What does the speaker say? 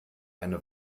eine